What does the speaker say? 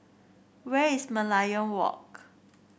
where is Merlion Walk